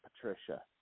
Patricia